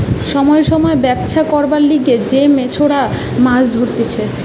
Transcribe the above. সময় সময় ব্যবছা করবার লিগে যে মেছোরা মাছ ধরতিছে